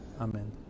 Amen